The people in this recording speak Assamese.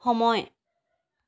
সময়